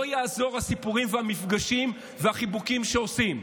לא יעזרו הסיפורים והמפגשים והחיבוקים שעושים.